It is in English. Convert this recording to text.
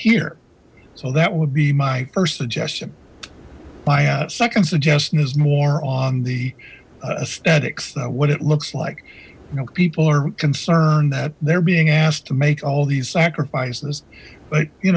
here so that would be my first suggestion my second suggestion is more on the aesthetics though what it looks like you know people are concerned that they're being asked to make all these sacrifices but you